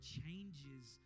changes